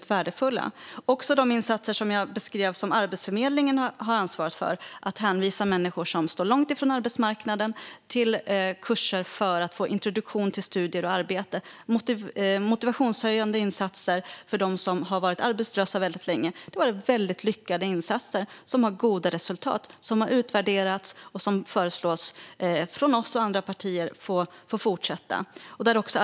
Det gäller också de insatser som jag beskrev att Arbetsförmedlingen har ansvarat för i fråga om att hänvisa människor som står långt ifrån arbetsmarknaden till kurser för att få introduktion till studier och arbete. Det är motivationshöjande insatser för dem som har varit arbetslösa länge. Det har varit lyckade insatser med goda resultat. De har utvärderats, och vi och andra partier föreslår att de ska få fortsätta.